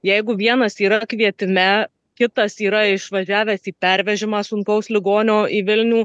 jeigu vienas yra kvietime kitas yra išvažiavęs į pervežimą sunkaus ligonio į vilnių